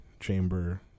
chamber